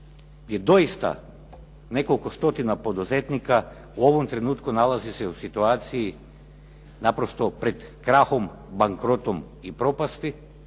gdje doista nekoliko stotina poduzetnika u ovom trenutku nalazi se u situaciji naprosto pred krahom, bankrotom i propasti,